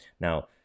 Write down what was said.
now